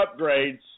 upgrades